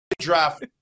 draft